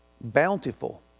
bountiful